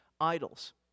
idols